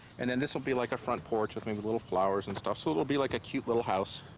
and then this will be like a front porch i think a little flowers and stuff. so it will be like a cute little house.